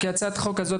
כי הצעת החוק הזאת,